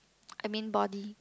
I mean body